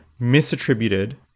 misattributed